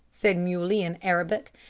said muley in arabic.